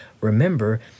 remember